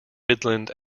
midland